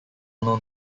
known